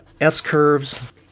S-curves